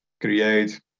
create